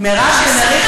מירב בן ארי,